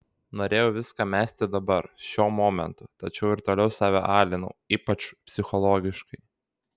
norėjau viską mesti dabar šiuo momentu tačiau ir toliau save alinau ypač psichologiškai